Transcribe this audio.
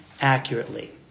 accurately